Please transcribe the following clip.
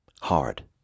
Hard